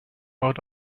out